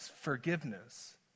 forgiveness